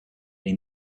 they